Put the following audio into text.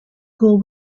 girl